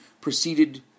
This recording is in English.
proceeded